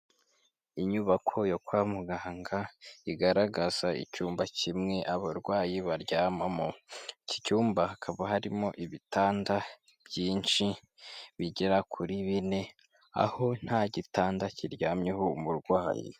Inyubako yo kwa muganga igaragaza icyumba kimwe abarwayi baryamamo iki cyumba hakaba harimo ibitanda byinshi bigera kuri bine, aho nta gitanda kiryamyeho umurwayi.